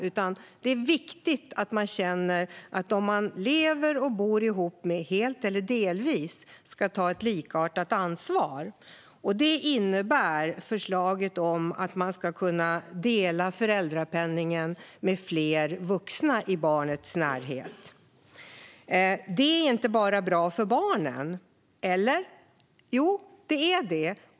Om man bor tillsammans med någon helt eller delvis är det viktigt att kunna känna att de tar ett likartat ansvar. Just detta innebär förslaget om att kunna dela föräldrapenningen med fler vuxna i barnets närhet. Detta är inte bara bra för barnen. Eller? Jo, det är det.